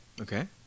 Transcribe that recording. Okay